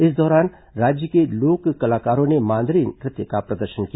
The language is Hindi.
इस दौरान राज्य के लोक कलाकारों ने मांदरी नृत्य का प्रदर्शन किया